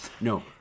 No